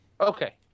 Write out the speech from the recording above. Okay